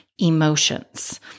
emotions